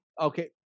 okay